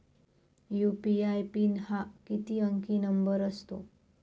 UPI PIN हा किती अंकी नंबर असतो?